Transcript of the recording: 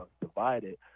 divided